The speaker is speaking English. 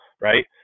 right